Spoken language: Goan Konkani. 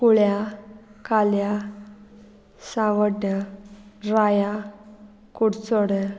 कुळ्या काल्या सावड्ड्या राया कुडचोडे